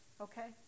Okay